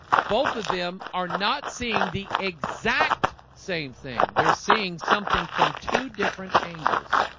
both of them are not seeing the exact same thing they're seeing something from two different angles.